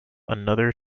another